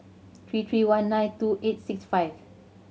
three three one nine two eight six five